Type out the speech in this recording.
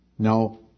No